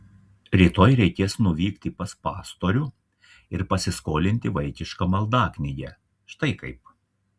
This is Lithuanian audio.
rytoj reikės nuvykti pas pastorių ir pasiskolinti vaikišką maldaknygę štai kaip